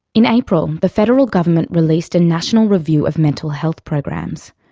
in april the federal government released a national review of mental health programs.